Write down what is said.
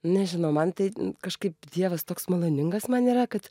nežinau man tai kažkaip dievas toks maloningas man yra kad